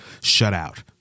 shutout